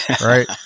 right